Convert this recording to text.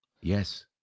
Yes